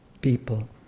People